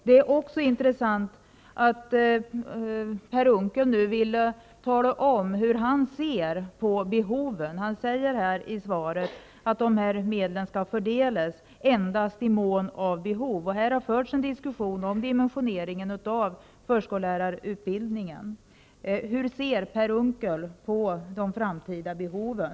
Det vore också intressant om Per Unckel nu ville tala om hur han ser på behovet. Han säger i svaret att dessa medel skall fördelas endast i mån av behov. Här har förts en diskussion om dimensioneringen av förskollärarutbildningen. Hur ser Per Unckel på det framtida behovet?